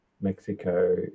Mexico